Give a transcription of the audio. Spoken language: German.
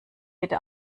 jede